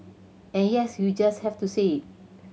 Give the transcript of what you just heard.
and yes you just have to say it